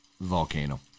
volcano